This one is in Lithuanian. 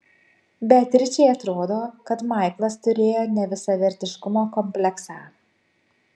beatričei atrodo kad maiklas turėjo nevisavertiškumo kompleksą